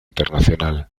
internacional